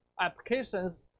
applications